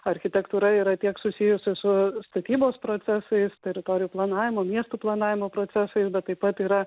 architektūra yra tiek susijusi su statybos procesais teritorijų planavimu miestų planavimu procesais bet taip pat yra